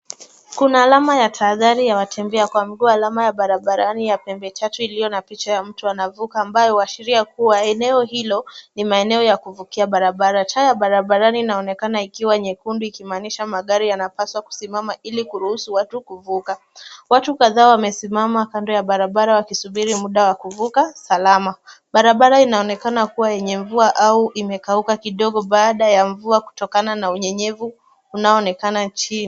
Kuna alama ya tahadhari ya watembea kwa mguu, alamu ya barabarani ya pembe tatu iliyo na picha ya mtu anavuka ambayo huashiria kuwa eneo hilo ni maeneo ya kuvukia barabara. Taa ya barabarani inaoneana ikiwa nyekundu ikimaanisha magari yanapaswa kusimama ili kuruhusu watu kuvuka. Watu kadhaa wamesimama kando ya barabara wakisubiri muda wa kuvuka salama. Barabara inaonekana kuwa yenye mvua au imekauka kidogo baada ya mvua kutokana na unyenyevu unayoonekana chini.